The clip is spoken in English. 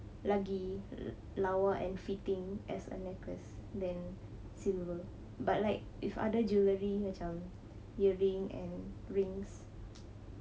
lagi lawa and fitting as a necklace then silver but like with other jewelry macam earring and rings